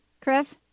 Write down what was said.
Chris